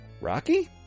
rocky